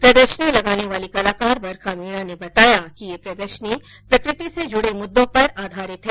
प्रदर्शनी लगाने वाले कलाकार बरखा मीणा ने बताया कि यह प्रदर्शनी प्रकृति से जुड़े मुद्दों पर आधारित है